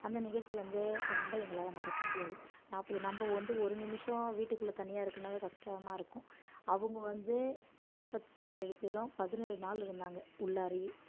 அந்த நிகழ்ச்சி வந்து ரொம்ப எங்களால் மறக்க முடியாது நாற்பது நம்ம வந்து ஒரு நிமிடம் வீட்டுக்குள்ள தனியாக இருக்கன்னாவே கஷ்டமாக இருக்கும் அவங்க வந்து நாற்பத்தி ஏழு பேரும் பதினேழு நாள் இருந்தாங்க உள்ளாரேயே